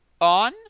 on